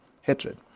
hatred